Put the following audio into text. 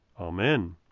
amen